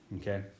okay